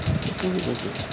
କେତେବେଳେ ଦେବେ